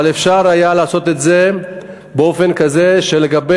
אפשר היה לעשות את זה באופן כזה שלגבי